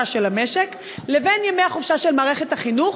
של המשק לבין ימי החופשה של מערכת החינוך.